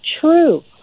true